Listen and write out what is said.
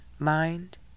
mind